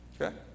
Okay